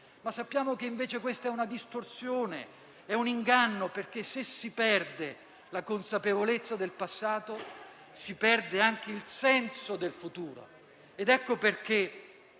Sappiamo, invece, che questa è una distorsione, un inganno, perché se si perde la consapevolezza del passato, si perde anche il senso del futuro.